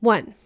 One